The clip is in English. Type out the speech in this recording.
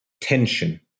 tension